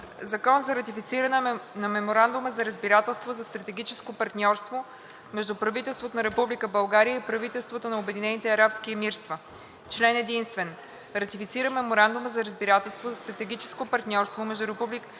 ЗАКОН за ратифициране на Меморандума за разбирателство за стратегическо партньорство между правителството на Република България и правителството на Обединените арабски емирства Член единствен. Ратифицира Меморандума за разбирателство за стратегическо партньорство между